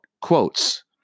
quotes